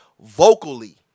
vocally